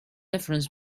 difference